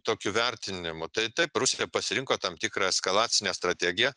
tokiu vertinimu tai taip rusija pasirinko tam tikrą eskalacinę strategiją